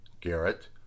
Garrett